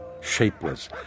Shapeless